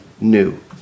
new